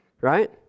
Right